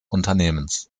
unternehmens